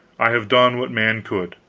i have done what man could.